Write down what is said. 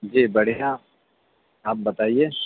جی بڑھیا آپ بتائیے